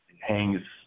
hangs